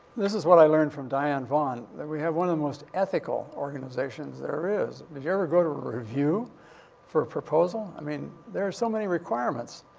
this is what i learned from diane vaughan, that we have one of the most ethical organizations there is. did you ever go to a review for a proposal? i mean, there are so many requirements.